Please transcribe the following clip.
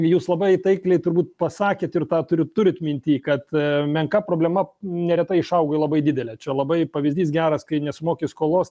jūs labai taikliai turbūt pasakėt ir tą turint minty kad menka problema neretai išauga į labai didelę čia labai pavyzdys geras kai nesumoki skolos